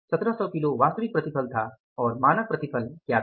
1700 kilo वास्तविक प्रतिफल था और मानक प्रतिफल क्या था